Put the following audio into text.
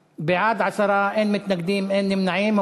בעד, אין מתנגדים ואין נמנעים.